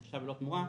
רכישה בלא תמורה,